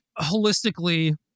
holistically